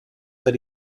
per